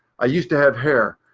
i used to have hair.